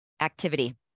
activity